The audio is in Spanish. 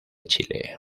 chile